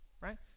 right